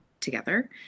together